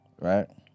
right